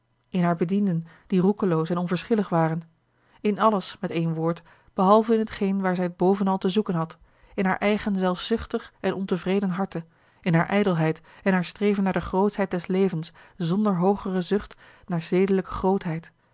in haar bedienden die roekeloos en onverschillig waren in alles met één woord behalve in t geen waar zij het bovenal te zoeken had in haar eigen zelfzuchtig en ontevreden harte in hare ijdelheid en haar streven naar de grootschheid des levens zonder hoogere zucht naar zedelijke grootheid